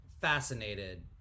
fascinated